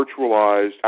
virtualized